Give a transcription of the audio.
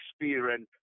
experience